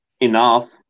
enough